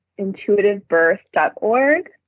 intuitivebirth.org